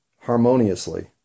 harmoniously